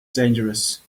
dangerous